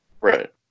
Right